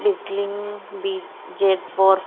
బిజలింగ్ బిజెడ్ ఫోర్